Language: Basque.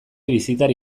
bisitari